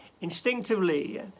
instinctively